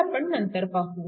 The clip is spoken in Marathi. हे आपण नंतर पाहू